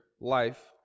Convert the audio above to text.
life